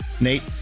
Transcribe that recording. Nate